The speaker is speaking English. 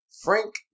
Frank